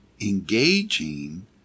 engaging